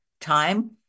time